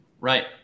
Right